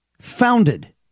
founded